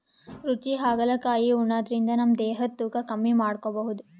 ರುಚಿ ಹಾಗಲಕಾಯಿ ಉಣಾದ್ರಿನ್ದ ನಮ್ ದೇಹದ್ದ್ ತೂಕಾ ಕಮ್ಮಿ ಮಾಡ್ಕೊಬಹುದ್